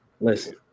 listen